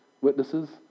witnesses